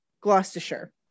gloucestershire